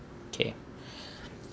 K